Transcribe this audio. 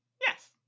Yes